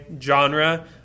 genre